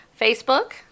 Facebook